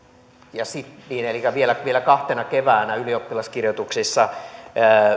elikkä vielä vielä kahtena keväänä ylioppilaskirjoituksissa